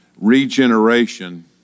Regeneration